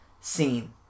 scene